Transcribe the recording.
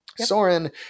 Soren